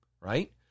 right